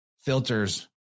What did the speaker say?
filters